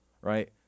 right